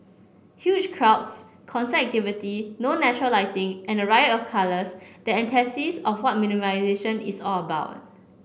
huge crowds constant activity no natural lighting and a riot of colours the antithesis of what minimisation is all about